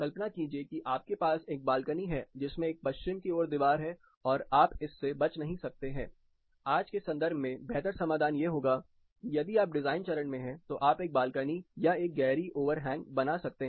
कल्पना कीजिए कि आपके पास एक बालकनी है जिसमें एक पश्चिम की ओर दीवार है और आप इससे बच नहीं सकते हैं आज के संदर्भ में बेहतर समाधान यह होगा कि यदि आप डिजाइन चरण में हैं तो आप एक बालकनी या एक गहरी ओवर हैंग बना सकते हैं